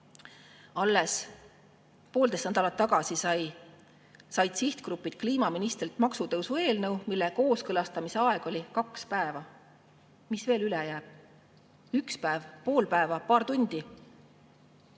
Alles poolteist nädalat tagasi said sihtgrupid kliimaministrilt maksutõusu eelnõu, mille kooskõlastamise aeg oli kaks päeva. Mis veel üle jääb? Üks päev? Pool päeva? Paar tundi?